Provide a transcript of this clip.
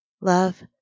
love